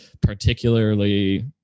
particularly